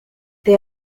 they